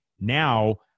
Now